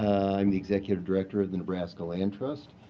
i'm the executive director of the nebraska land trust.